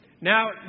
Now